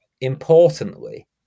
importantly